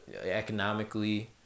economically